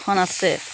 এখন আছে